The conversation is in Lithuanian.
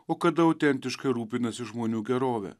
o kada autentiškai rūpinasi žmonių gerove